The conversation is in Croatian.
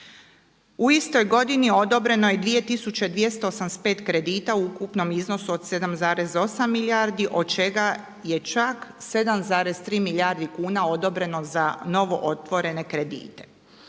U istoj godini odobreno je 2285 kredita u ukupnom iznosu do 7,8 milijardi od čega je čak 7,3 milijarde kuna odobreno za novootvorene kredite,